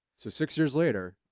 so six years later,